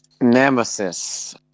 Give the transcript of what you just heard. nemesis